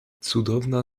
cudowna